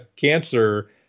cancer